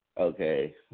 okay